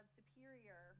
superior